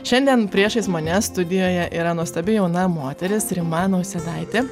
šiandien priešais mane studijoje yra nuostabi jauna moteris rima nausėdaitė